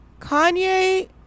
Kanye